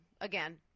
again